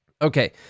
Okay